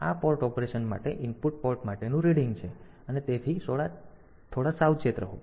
તેથી આ port operation માટે ઇનપુટ પોર્ટ માટેનું રીડિંગ છે અને તેથી થોડા સાવચેત રહો